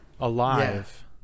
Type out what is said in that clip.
alive